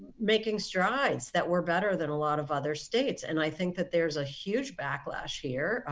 making strides that were better than a lot of other states. and i think that there's a huge backlash here,